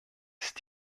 ist